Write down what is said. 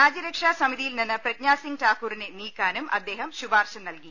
രാജ്യരക്ഷാ സമിതിയിൽ നിന്ന് പ്രജ്ഞാസിംഗ് ഠാക്കൂറിനെ നീക്കാനും അദ്ദേഹം ശുപാർശ നൽകി